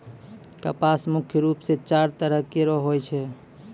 कपास मुख्य रूप सें चार तरह केरो होय छै